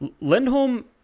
Lindholm